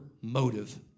motive